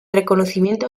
reconocimiento